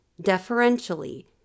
deferentially